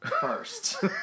first